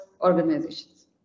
organizations